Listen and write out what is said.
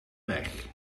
weg